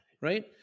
right